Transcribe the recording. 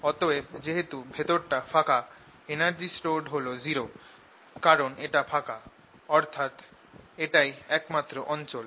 অতএবযেহেতু ভেতরটা ফাঁকা energy stored হল 0 কারণ এটা ফাঁকা অর্থাৎ এটাই একমাত্র অঞ্চল